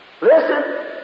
listen